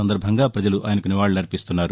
సందర్భంగా వజలు ఆయనకు నివాళులర్పిస్తున్నారు